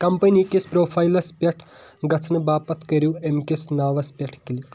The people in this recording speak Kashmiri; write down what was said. کمپنی کِس پرٛوفایلَس پیٚٹھ گژھَنہٕ باپتھ کٔرِو اَمہِ کِس ناوَس پیٚٹھ کِلِک